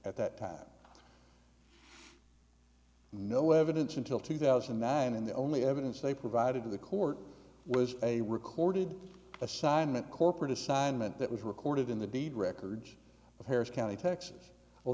at that time no evidence until two thousand and nine and the only evidence they provided to the court was a recorded assignment corporate assignment that was recorded in the deed records of harris county texas well